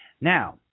Now